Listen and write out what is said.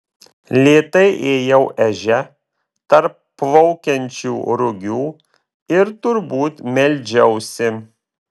lėtai ėjau ežia tarp plaukiančių rugių ir turbūt meldžiausi